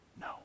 No